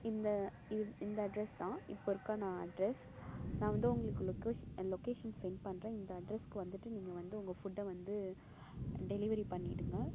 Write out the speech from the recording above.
இந்த இது இந்த அட்ரஸ் தான் இப்போ இருக்க நான் அட்ரஸ் நான் வந்து உங்களுக்கு லொக்கே லொக்கேஷன் செண்ட் பண்ணுறேன் இந்த அட்ரெஸ்க்கு வந்துட்டு நீங்கள் வந்து உங்கள் ஃபுட்டை வந்து டெலிவரி பண்ணிடுங்க